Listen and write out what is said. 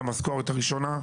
למשכורת הראשונה,